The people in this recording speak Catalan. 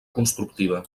constructiva